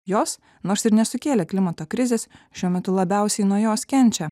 jos nors ir nesukėlė klimato krizės šiuo metu labiausiai nuo jos kenčia